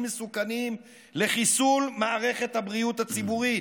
מסוכנים לחיסול מערכת הבריאות הציבורית,